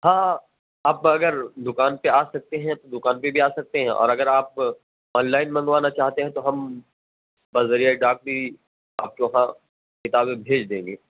ہاں ہاں آپ اگر دکان پہ آ سکتے ہیں تو دکان پہ بھی آ سکتے ہیں اور اگر آپ آن لائن منگوانا چاہتے ہیں تو ہم بذریعۂ ڈاک بھی آپ کے وہاں کتابیں بھیج دیں گے